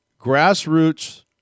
grassroots